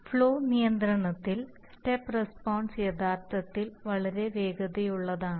flow നിയന്ത്രണത്തിൽ step response യഥാർത്ഥത്തിൽ വളരെ വേഗതയുള്ളതാണ്